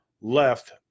left